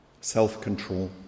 self-control